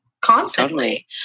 constantly